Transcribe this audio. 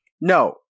no